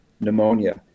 pneumonia